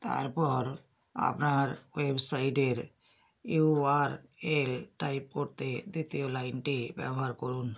তারপর আপনার ওয়েবসাইটের ইউ আর এল টাইপ করতে দ্বিতীয় লাইনটি ব্যবহার করুন